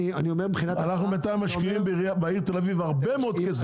אנחנו בינתיים משקיעים בעיר תל אביב הרבה מאוד כסף.